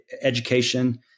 education